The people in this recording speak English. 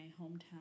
hometown